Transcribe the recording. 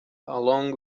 along